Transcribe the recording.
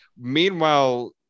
Meanwhile